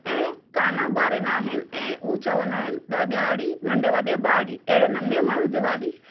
ऐं काना ॿारींदा आहिनि ऐं उहो चवंदा आहिनि त ॾियारी नंढे वॾे बारी अहिड़े नमूने माण्हू दीवाली